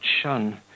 shun